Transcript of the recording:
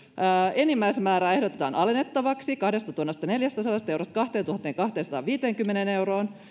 enimmäismäärää ehdotetaan alennettavaksi kahdestatuhannestaneljästäsadasta eurosta kahteentuhanteenkahteensataanviiteenkymmeneen euroon